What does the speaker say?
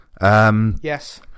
Yes